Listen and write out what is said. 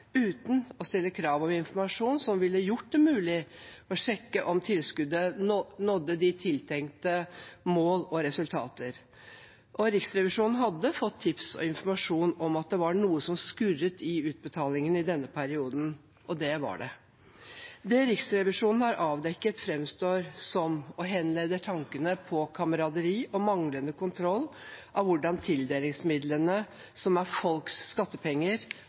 uten å stille krav om informasjon som ville ha gjort det mulig å sjekke om tilskuddet nådde de tiltenkte mål og resultater. Riksrevisjonen hadde fått tips og informasjon om at det var noe som skurret i utbetalingene i denne perioden – og det var det. Det Riksrevisjonen har avdekket, framstår som og henleder tankene til kameraderi og manglende kontroll av hvordan tildelingsmidlene, som er folks skattepenger,